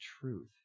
truth